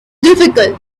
difficult